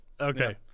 Okay